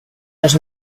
los